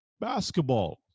basketball